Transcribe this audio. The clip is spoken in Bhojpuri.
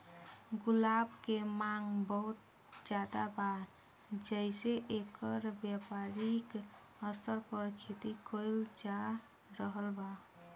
गुलाब के मांग बहुत ज्यादा बा जेइसे एकर व्यापारिक स्तर पर खेती कईल जा रहल बा